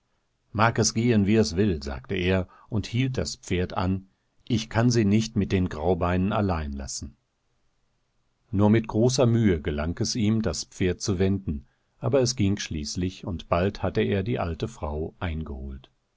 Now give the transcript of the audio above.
zunagen erhattenochniezuvoretwasunehrenhaftesgetanundhattenunein gefühl alsseiseinganzeslebenzerstört magesgehen wieeswill sagte er und hielt das pferd an ich kann sie nicht mit den graubeinen allein lassen nur mit großer mühe gelang es ihm das pferd zu wenden aber es ging schließlich undbaldhatteerdiealtefraueingeholt kriecheschnellaufden schlitten herauf sagte er in